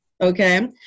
Okay